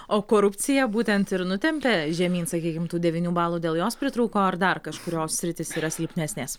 o korupcija būtent ir nutempė žemyn sakykim tų devynių balų dėl jos pritrūko ar dar kažkurios sritys yra silpnesnės